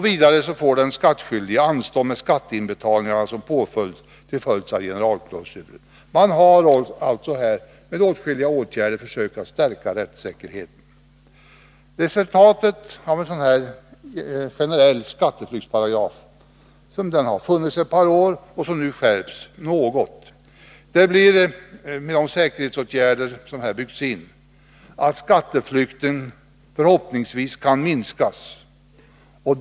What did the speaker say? Vidare får den skattskyldige anstånd med de skatteinbetalningar som påförts som en följd av generalklausulen. Här har man alltså med åtskilliga åtgärder försökt stärka rättssäkerheten. Resultatet av en sådan här generell skatteflyktsparagraf, som funnits sedan ett par år och som nu skärps något, blir, med de rättssäkerhetsåtgärder som byggts in i den, att skatteflykten förhoppningsvis minskas.